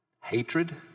hatred